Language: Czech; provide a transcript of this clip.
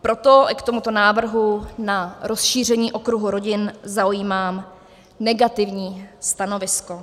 Proto k tomuto návrhu na rozšíření okruhu rodin zaujímám negativní stanovisko.